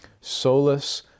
solus